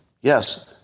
Yes